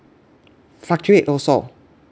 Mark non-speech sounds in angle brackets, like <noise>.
<noise> fluctuate also